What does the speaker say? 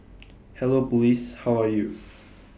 hello Police how are you